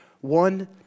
One